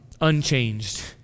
unchanged